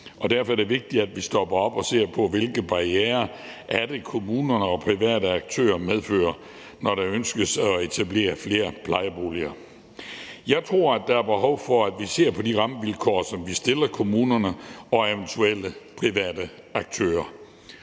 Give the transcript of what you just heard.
derfor er det vigtigt, at vi stopper op og ser på, hvilke barrierer det er, kommunerne og de private aktører medfører, når det ønskes at etablere flere plejeboliger. Jeg tror, at der er behov for, at vi ser på de rammevilkår, som vi stiller kommunerne og eventuelle private aktører.